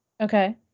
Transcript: Okay